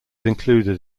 included